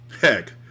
Heck